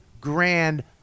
grand